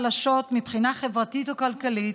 חלשות מבחינה חברתית או כלכלית,